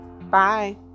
Bye